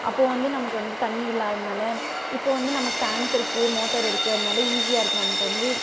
அப்போது வந்து நமக்கு வந்து தண்ணி இல்லாததுனால் இப்போது வந்து நமக்கு டேங்க் இருக்குது மோட்டருருக்குது அதனால் ஈசியாகருக்கு நமக்கு வந்து